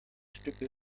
stücke